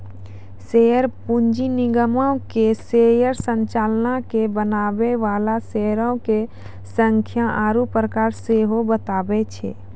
share पूंजी निगमो के शेयर संरचना के बनाबै बाला शेयरो के संख्या आरु प्रकार सेहो बताबै छै